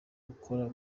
ukora